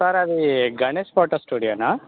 sir అది Ganesh photo స్టూడియోనా